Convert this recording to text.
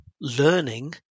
learning